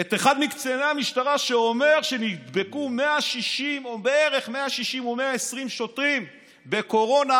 את אחד מקציני המשטרה שאומר שנדבקו בערך 160 או 120 שוטרים בקורונה,